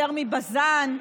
יותר מבז"ן,